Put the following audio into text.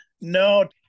No